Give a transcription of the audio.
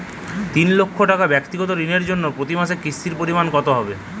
তিন লক্ষ টাকা ব্যাক্তিগত ঋণের জন্য প্রতি মাসে কিস্তির পরিমাণ কত হবে?